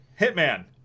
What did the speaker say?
Hitman